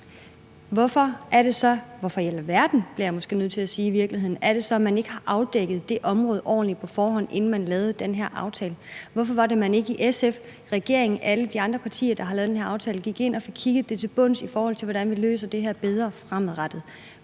– er det så, at man ikke har afdækket det område ordentligt på forhånd, inden man lavede den her aftale? Hvorfor var det, at man ikke i SF, i regeringen og i alle de andre partier, der har lavet den her aftale, gik ind og fik kigget på det til bunds, i forhold til hvordan vi løser det her bedre fremadrettet?